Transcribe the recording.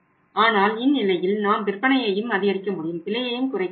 ஆனால் இந்நிலையில் நாம் விற்பனையையும் அதிகரிக்க முடியும் விலையையும் குறைக்க முடியும்